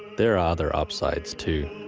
there are other upsides too.